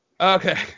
okay